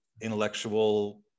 intellectual